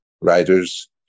writers